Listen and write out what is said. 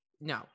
no